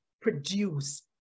produce